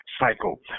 cycle